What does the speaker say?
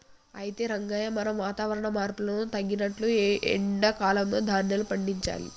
అయితే రంగయ్య మనం వాతావరణ మార్పును తగినట్లు ఎండా కాలంలో ధాన్యాలు పండించాలి